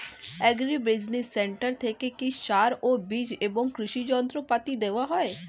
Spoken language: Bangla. এগ্রি বিজিনেস সেন্টার থেকে কি সার ও বিজ এবং কৃষি যন্ত্র পাতি দেওয়া হয়?